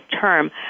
term